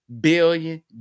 billion